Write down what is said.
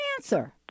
answer